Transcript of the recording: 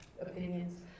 opinions